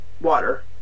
water